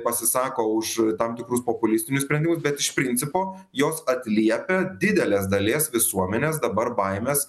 pasisako už tam tikrus populistinius sprendimus bet iš principo jos atliepia didelės dalies visuomenės dabar baimes